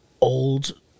old